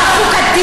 גילינו את זה.